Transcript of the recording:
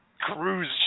cruise